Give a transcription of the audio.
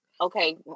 okay